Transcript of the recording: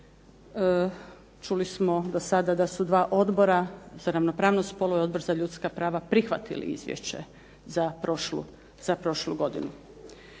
Čuli smo do sada da su dva odbora, Odbor za ravnopravnost spolova i Odbor za ljudska prava prihvatili Izvješće za prošlu godinu.